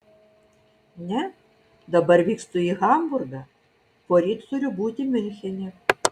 ne dabar vykstu į hamburgą poryt turiu būti miunchene